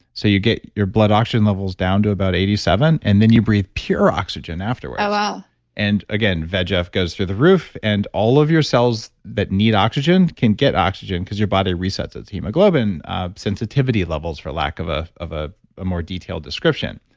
so you get your blood oxygen levels down to about eighty seven and then you breathe pure oxygen afterwards. and again, vegf goes through the roof and all of your cells that need oxygen can get oxygen because your body resets its hemoglobin sensitivity levels for lack of ah a ah ah more detailed description